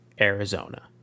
Arizona